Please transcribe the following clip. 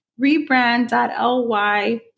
rebrand.ly